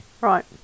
Right